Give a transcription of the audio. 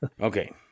Okay